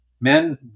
men